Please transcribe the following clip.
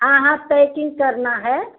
हाँ हाँ पैकिंग करना है